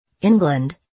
England